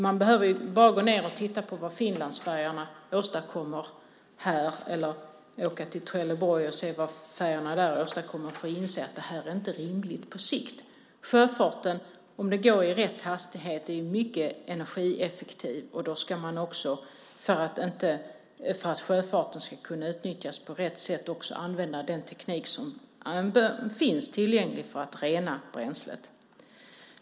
Man behöver bara gå ned och titta på vad Finlandsfärjorna åstadkommer här eller åka till Trelleborg och se vad färjorna åstadkommer där för att inse att det här inte är rimligt på sikt. Sjöfarten är, om det går i rätt hastighet, mycket energieffektiv. Då ska man också, för att sjöfarten ska kunna utnyttjas på rätt sätt, använda den teknik som finns tillgänglig för att rena bränslet.